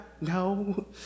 no